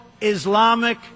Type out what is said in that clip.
Islamic